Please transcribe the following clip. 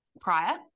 prior